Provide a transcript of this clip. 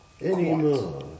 anymore